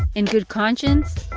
in good conscience,